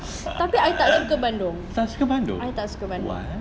tapi I tak suka bandung I tak suka bandung